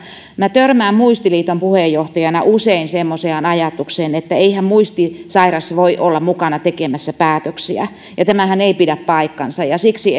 minä törmään muistiliiton puheenjohtajana usein semmoiseen ajatukseen että eihän muistisairas voi olla mukana tekemässä päätöksiä ja tämähän ei pidä paikkaansa siksi